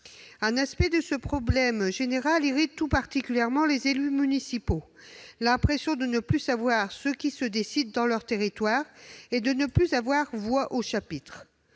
Un aspect de ce problème général irrite tout particulièrement les élus municipaux : l'impression de ne plus savoir ce qui se décide dans leur territoire et de ne plus avoir voix au chapitre.